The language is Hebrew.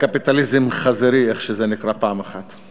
"קפיטליזם חזירי", איך שזה נקרא פעם אחת.